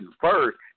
first